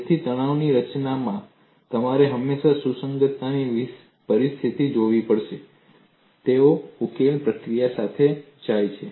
તેથી તણાવની રચનામાં તમારે હંમેશા સુસંગતતાની પરિસ્થિતિઓ જોવી પડશે તેઓ ઉકેલ પ્રક્રિયા સાથે જાય છે